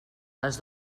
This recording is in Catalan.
les